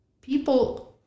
people